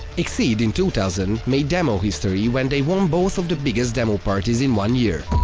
exceed, in two thousand, made demo history when they won both of the biggest demoparties in one year.